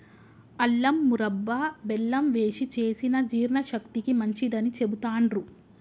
అల్లం మురబ్భ బెల్లం వేశి చేసిన జీర్ణశక్తికి మంచిదని చెబుతాండ్రు